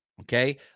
okay